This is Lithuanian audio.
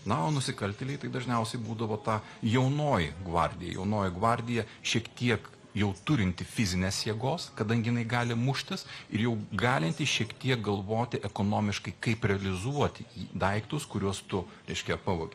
na o nusikaltėliai tai dažniausiai būdavo ta jaunoji gvardija jaunoji gvardija šiek tiek jau turinti fizinės jėgos kadangi gali muštis ir jau galintys šiek tiek galvoti ekonomiškai kaip realizuoti daiktus kuriuos tu reiškia pavogi